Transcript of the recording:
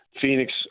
Phoenix